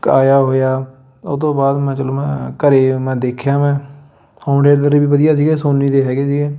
ਆਇਆ ਹੋਇਆ ਉਹਤੋਂ ਬਾਅਦ ਮੈਂ ਚਲੋ ਮੈਂ ਘਰ ਮੈਂ ਦੇਖਿਆ ਮੈਂ ਹੋਮ ਥੇਟਰ ਵੀ ਵਧੀਆ ਸੀਗਾ ਸੋਨੀ ਦੇ ਹੈਗੇ ਸੀਗੇ